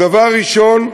הדבר הראשון,